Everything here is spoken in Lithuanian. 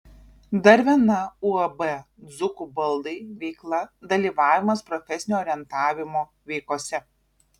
dar viena uab dzūkų baldai veikla dalyvavimas profesinio orientavimo veikose